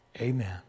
amen